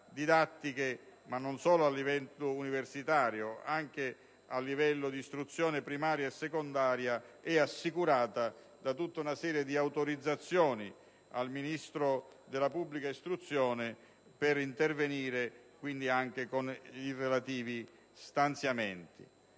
didattiche, a livello non solo universitario, ma anche di istruzione primaria e secondaria, è assicurata da tutta una serie di autorizzazioni al Ministro della pubblica istruzione per intervenire anche con i relativi stanziamenti.